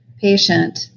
patient